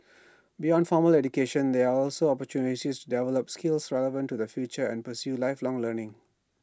beyond formal education there are also opportunities to develop skills relevant to the future and pursue lifelong learning